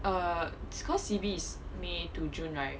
err cause C_B is may to june right